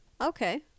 okay